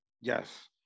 yes